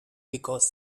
because